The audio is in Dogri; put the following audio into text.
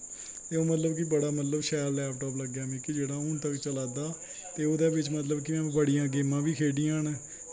एह् मतलव कि बड़ा मतशव शैल लैपटॉप लग्गेआ जेह्ड़ा हून तक चलादा ते ओह्दै बिच्च में बड़ियां मतलव गेमां बी खेढियां न